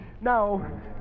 now